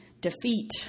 defeat